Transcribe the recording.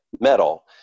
metal